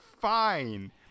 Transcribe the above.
fine